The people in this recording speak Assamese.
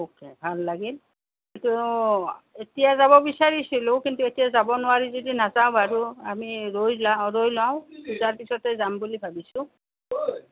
হওক তেও ভাল লাগিল কিন্তু এতিয়া যাব বিচাৰিছিলোঁ কিন্তু এতিয়া যাব নোৱাৰি যদি নাযাওঁ বাৰু আমি ৰৈ লাও ৰৈ লওঁ পূজাৰ পিছতে যাম বুলি ভাবিছোঁ